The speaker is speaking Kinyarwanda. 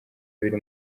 biri